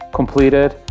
completed